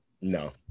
no